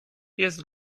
jest